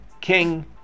king